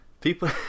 people